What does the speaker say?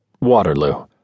Waterloo